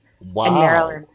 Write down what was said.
wow